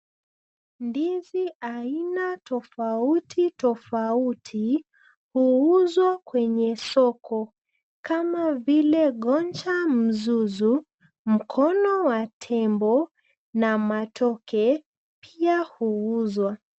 Ndizi aina tofauti tofauti, huuzwa kwenye soko, kama vile goja mzuzu, mkono wa tembo, na matoke, pia huuzwa.